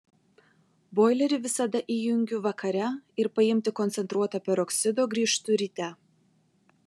boilerį visada įjungiu vakare ir paimti koncentruoto peroksido grįžtu ryte